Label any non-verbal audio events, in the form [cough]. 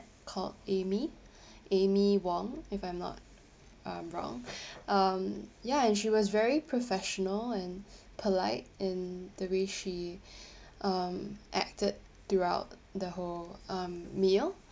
called amy amy wong if I'm not um wrong um ya and she was very professional and polite and the way she [breath] um acted throughout the whole um meal